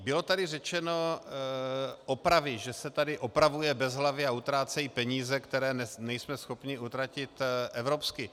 Bylo tady řečeno opravy, že se tady opravuje bezhlavě a utrácejí peníze, které nejsme schopni utratit evropsky.